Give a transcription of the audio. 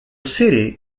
city